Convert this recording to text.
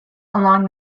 along